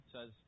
says